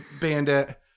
bandit